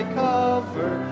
cover